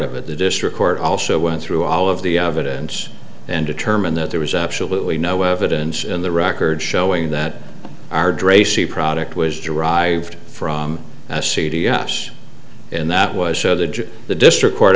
of it the district court also went through all of the evidence and determined that there was absolutely no evidence in the record showing that our dre c product was derived from c d s and that was show that the district court